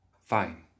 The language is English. Fine